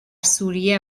سوریه